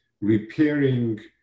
repairing